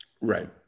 Right